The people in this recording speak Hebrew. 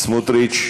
שינוי דרמטי.